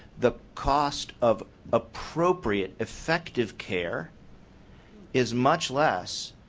the cost of appropriate effective care is much less,